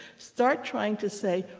start trying to say,